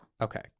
Okay